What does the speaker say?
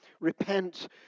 Repent